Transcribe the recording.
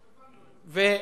טוב,